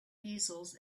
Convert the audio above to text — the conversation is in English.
easels